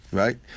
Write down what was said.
right